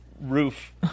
roof